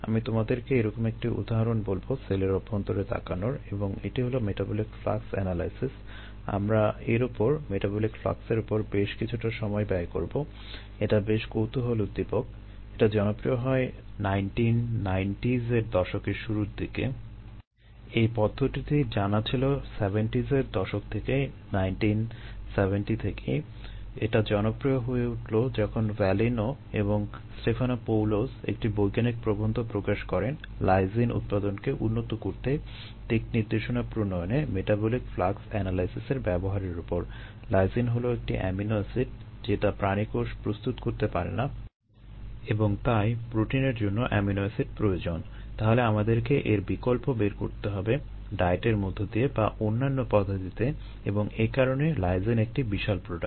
আমি তোমাদেরকে এরকম একটি উদাহরণ বলবো সেলের অভ্যন্তরে তাকানোর এবং এটি হলো মেটাবলিক ফ্লাক্স এনালাইসিস এর মধ্য দিয়ে বা অন্যান্য পদ্ধতিতে এবং এ কারণে লাইসিন একটি বিশাল প্রোডাক্ট